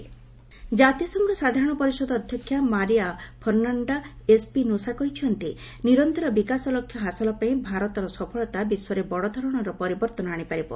India UNGA president ଜାତିସଂଘ ସାଧାରଣ ପରିଷଦ ଅଧ୍ୟକ୍ଷା ମାରିଆ ଫର୍ଣ୍ଣାଶ୍ଡା ଏସ୍ପିନୋସା କହିଛନ୍ତି ନିରନ୍ତର ବିକାଶ ଲକ୍ଷ୍ୟ ହାସଲପାଇଁ ଭାରତର ସଫଳତା ବିଶ୍ୱରେ ବଡ଼ଧରଣର ପରିବର୍ତ୍ତନ ଆଣିପାରିବ